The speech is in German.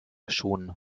schon